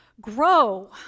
grow